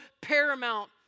paramount